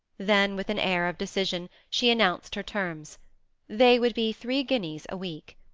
then, with an air of decision, she announced her terms they would be three guineas a week.